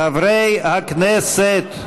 חברי הכנסת,